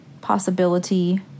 possibility